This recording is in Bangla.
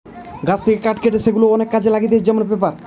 গাছ থেকে কাঠ কেটে সেগুলা অনেক কাজে লাগতিছে যেমন পেপার